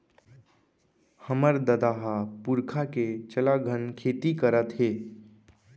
हमर ददा ह पुरखा के चलाघन खेती करत हे